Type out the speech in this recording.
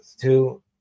Two